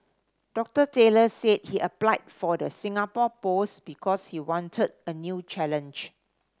Doctor Taylor said he applied for the Singapore post because he wanted a new challenge